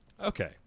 Okay